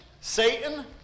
Satan